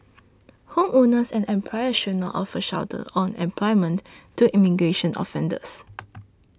homeowners and employers should not offer shelter or employment to immigration offenders